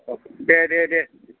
औ दे दे दे